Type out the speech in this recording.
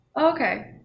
Okay